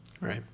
Right